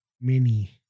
mini